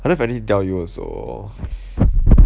I don't have anything to tell you also